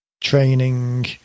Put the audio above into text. training